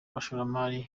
abashoramari